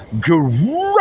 great